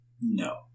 No